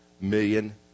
million